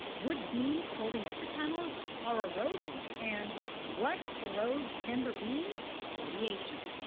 wood beams holding up the tunnels are eroding, and what corrodes timber beams? radiation.